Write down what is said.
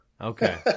Okay